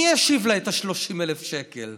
מי ישיב לה את ה-30,000 שקל?